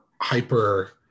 hyper